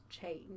change